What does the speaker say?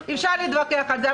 הבנתי, אפשר להתווכח על זה.